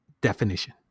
definition